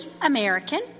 American